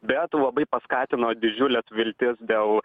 bet labai paskatino didžiules viltis dėl